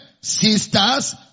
sisters